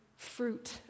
fruit